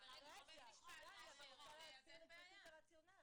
שברגע --- אני רוצה להבין את הרציונל.